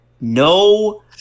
no